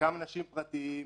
חלקם אנשים פרטיים,